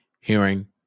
hearing